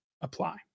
apply